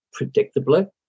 predictably